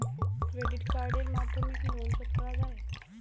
Credit কার্ডের মাধ্যমে কি লোন শোধ করা যায়?